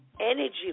energy